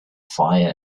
fire